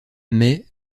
mais